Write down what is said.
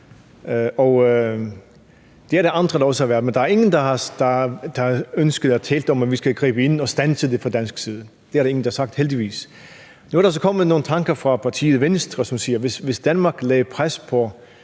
det er der også andre der har været. Men der er ingen, der har ønsket og talt om, at vi skal gribe ind og standse det fra dansk side. Det er der ingen der har sagt, heldigvis. Nu er der så kommet nogle tanker fra partiet Venstre, som siger, at hvis Danmark lagde pres på